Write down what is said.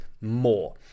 more